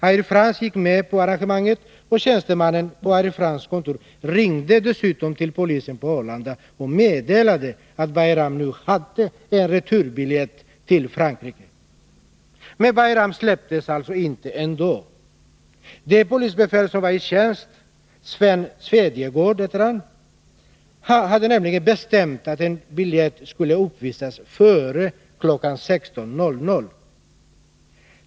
Air France gick med på arrangemanget, och tjänstemannen på Air Frances kontor ringde dessutom till polisen på Arlanda och meddelade att Bayram nu hade en returbiljett till Frankrike. Men Bayram släpptes alltså ändå inte. Det polisbefäl som var i tjänst — Sven Svedjegård heter han — hade nämligen bestämt att en biljett skulle uppvisas före kl. 16.00.